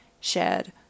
shared